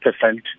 percent